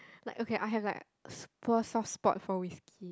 like okay I have like super poor soft spot for whiskey